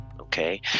Okay